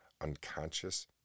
unconscious